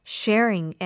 sharing